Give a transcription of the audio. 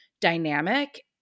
dynamic